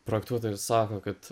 projektuotojas ir sako kad